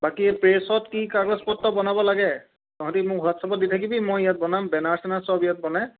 বাকী প্ৰেছত কি কাগ্ৰজ পত্ৰ বনাব লাগে তহঁতি মোক হোৱাটছ এপত দি থাকিবি মই ইয়াত বনাম বেনাৰ ছেনাৰ চব ইয়াত বনাই